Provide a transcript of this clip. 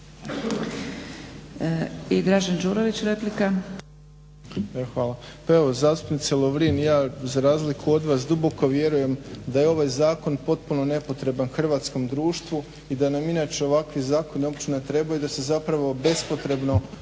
Dražen (HDSSB)** Hvala. Pa evo zastupnice Lovrin, ja za razliku od vas duboko vjerujem da je ovaj zakon potpuno nepotreban hrvatskom društvu i da nam inače ovakvi zakoni uopće ne trebaju, da se zapravo bespotrebno,